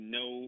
no